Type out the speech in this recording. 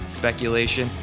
speculation